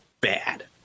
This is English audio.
bad